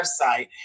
website